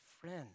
friend